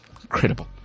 incredible